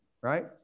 right